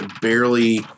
barely